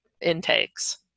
intakes